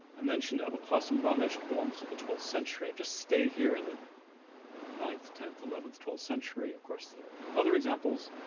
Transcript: i mentioned abu al-qasim um ramisht belongs to the twelfth century, i've just stayed here in the ninth, tenth, eleventh, twelfth century, of course there other examples.